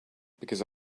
because